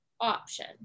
option